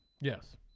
yes